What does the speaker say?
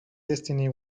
destiny